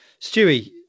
Stewie